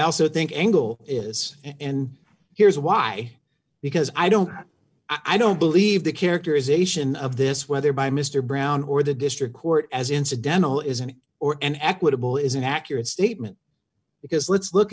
also think angle is and here's why because i don't i don't believe the characterization of this whether by mr brown or the district court as incidental is an or an equitable is an accurate statement because let's look